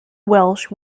welsh